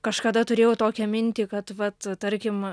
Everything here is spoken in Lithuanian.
kažkada turėjau tokią mintį kad vat tarkim